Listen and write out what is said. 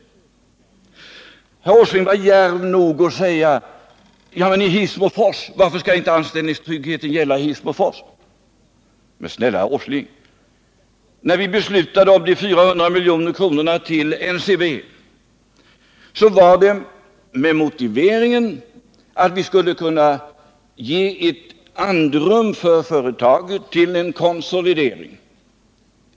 Nils Åsling var djärv nog att fråga: Varför skall anställningstryggheten inte gälla i Hissmofors? Men snälla Nils Åsling, när vi beslöt om 400 milj.kr. till NCB, skedde det med motiveringen att vi skulle ge företaget ett andrum för en konsolidering.